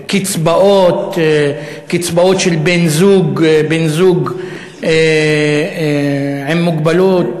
קצבאות של בן-זוג עם מוגבלות,